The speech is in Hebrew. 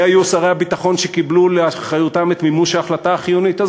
מי היו שרי הביטחון שקיבלו לאחריותם את מימוש ההחלטה החיונית הזאת?